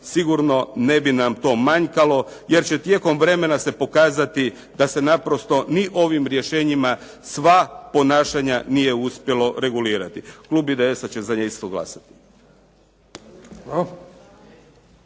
sigurno ne bi nam to manjkalo, jer će tijekom vremena se pokazati da se naprosto ni ovim rješenjima sva ponašanja nije uspjelo regulirati. Klub IDS-a će za njeg isto glasati.